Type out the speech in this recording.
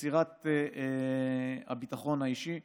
ליצירת הביטחון האישי.